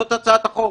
זאת הצעת החוק.